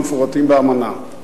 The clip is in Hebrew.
המפורטים באמנה.